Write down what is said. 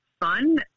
fun